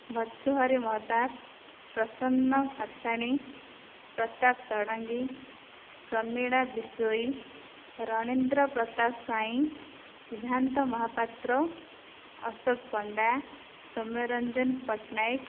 Bhartrihari Mahtab Prasanna Patasani Pratap Sarangi Pramila Bisoi Ranendra Pratap Swain Siddhant Mahapatra Ashok Panda Soumyaranjan Patnaik